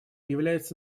является